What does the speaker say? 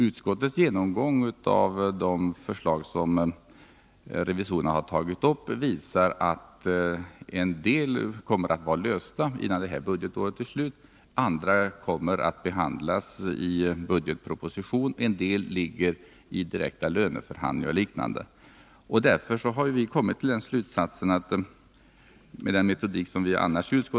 Utskottets genomgång av de förslag som revisorerna har tagit upp visar att en del av ärendena kommer att vara lösta innan detta budgetår är slut, andra kommer att behandlas i budgetpropositionen och några tas upp i direkta löneförhandlingar och liknande. Därför har vi i utskottet kommit fram till slutsatsen att inte använda den metodik som vi annars brukar använda.